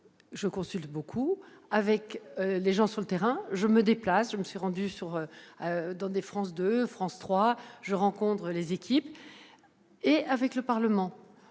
je consulte beaucoup -, avec les gens sur le terrain- je me déplace : je me suis rendue à France 2 ou France 3 pour rencontrer les équipes -et avec le Parlement.